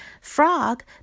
Frog